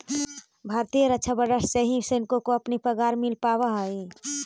भारतीय रक्षा बजट से ही सैनिकों को अपनी पगार मिल पावा हई